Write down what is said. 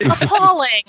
Appalling